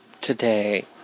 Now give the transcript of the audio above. today